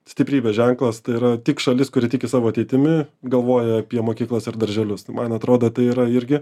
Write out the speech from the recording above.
stiprybės ženklas tai yra tik šalis kuri tiki savo ateitimi galvoja apie mokyklas ar darželius man atrodo tai yra irgi